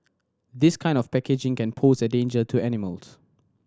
this kind of packaging can pose a danger to animals